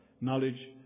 knowledge